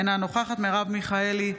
אינה נוכחת מרב מיכאלי,